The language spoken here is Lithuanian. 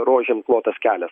rožėm klotas kelias